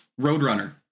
Roadrunner